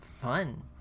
fun